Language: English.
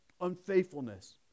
unfaithfulness